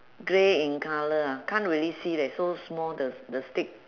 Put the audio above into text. grey in colour ah can't really see leh so small the the stick